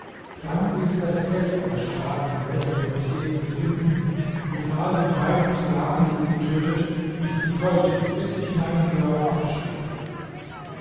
dann ließ er das zelt aufschlagen in welchem wir uns eben befinden und befahl den beiden sklaven die du getötet mich zu foltern bis ich meinen glauben abschwöre